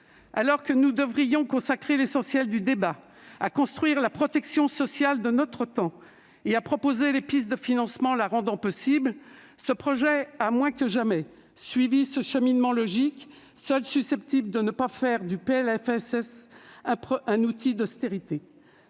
Alors que nous devrions consacrer l'essentiel de nos débats à construire la protection sociale de notre temps et à proposer les pistes de financement la rendant possible, ce projet de loi a moins que jamais suivi ce cheminement logique, seul susceptible de ne pas faire du PLFSS un outil d'austérité.